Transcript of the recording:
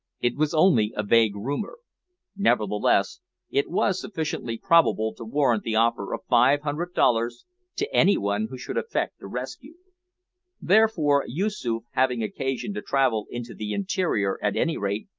it was only a vague rumour nevertheless it was sufficiently probable to warrant the offer of five hundred dollars to any one who should effect a rescue therefore yoosoof, having occasion to travel into the interior at any rate,